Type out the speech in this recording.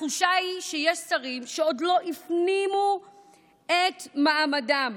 התחושה היא שיש שרים שעוד לא הפנימו את מעמדם.